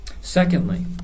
Secondly